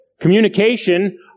Communication